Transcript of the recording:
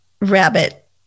rabbit